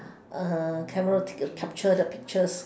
a camera to capture the pictures